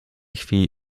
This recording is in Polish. chwili